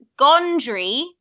Gondry